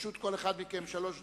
לרשות כל אחד מכם שלוש דקות.